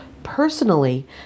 personally